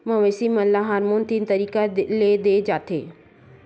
मवेसी मन ल हारमोन तीन तरीका ले दे जाथे